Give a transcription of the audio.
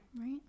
Right